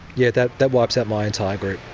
yeah, that that wipes out my entire group.